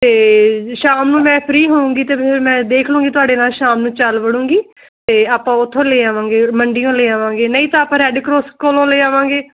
ਅਤੇ ਸ਼ਾਮ ਨੂੰ ਮੈਂ ਫਰੀ ਹੋਉਂਗੀ ਤਾਂ ਫਿਰ ਮੈਂ ਦੇਖ ਲਉਂਗੀ ਤੁਹਾਡੇ ਨਾਲ ਸ਼ਾਮ ਨੂੰ ਚੱਲ ਵੜੂੰਗੀ ਅਤੇ ਆਪਾਂ ਉੱਥੋਂ ਲੈ ਆਵਾਂਗੇ ਮੰਡੀ ਤੋਂ ਲੈ ਆਵਾਂਗੇ ਨਹੀਂ ਤਾਂ ਆਪਾਂ ਰੈਡ ਕਰੋਸ ਕੋਲੋਂ ਲੈ ਆਵਾਂਗੇ